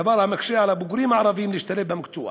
דבר המקשה על הבוגרים הערבים להשתלב במקצוע.